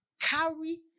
carry